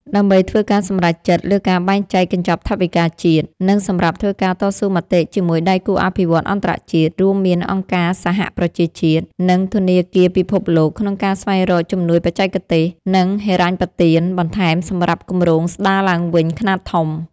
ដើម្បីធ្វើការសម្រេចចិត្តលើការបែងចែកកញ្ចប់ថវិកាជាតិ និងសម្រាប់ធ្វើការតស៊ូមតិជាមួយដៃគូអភិវឌ្ឍន៍អន្តរជាតិ រួមមានអង្គការសហប្រជាជាតិ និងធនាគារពិភពលោក ក្នុងការស្វែងរកជំនួយបច្ចេកទេស និងហិរញ្ញប្បទានបន្ថែមសម្រាប់គម្រោងស្តារឡើងវិញខ្នាតធំ។